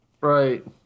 right